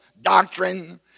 doctrine